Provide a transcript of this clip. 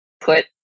put